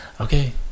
Okay